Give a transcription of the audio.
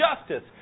justice